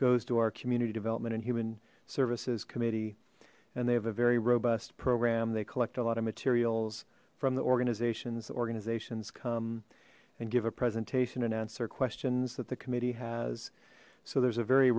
goes to our community development and human services committee and they have a very robust program they collect a lot of materials from the organizations organizations come and give a presentation and answer questions that the committee has so there's a very